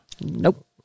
Nope